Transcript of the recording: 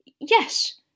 yes